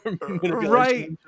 Right